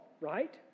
right